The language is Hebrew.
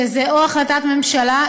שזו החלטת ממשלה,